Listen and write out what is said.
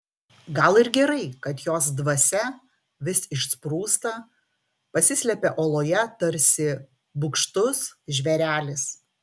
gal ir gerai kad jos dvasia vis išsprūsta pasislepia oloje tarsi bugštus žvėrelis